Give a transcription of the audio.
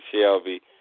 Shelby